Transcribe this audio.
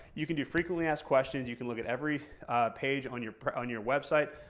you can do frequently asked questions. you can look at every page on your on your website.